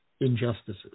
injustices